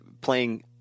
playing